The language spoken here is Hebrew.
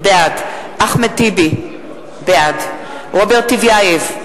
בעד אחמד טיבי, בעד רוברט טיבייב,